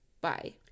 Bye